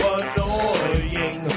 annoying